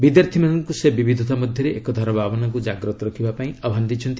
ବିଦ୍ୟାର୍ଥୀମାନଙ୍କୁ ସେ ବିବିଧତା ମଧ୍ୟରେ ଏକତାର ଭାବନାକୁ ଜାଗ୍ରତ ରଖିବା ପାଇଁ ଆହ୍ୱାନ ଦେଇଛନ୍ତି